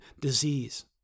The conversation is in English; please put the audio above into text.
disease